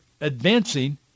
advancing